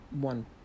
one